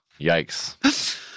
yikes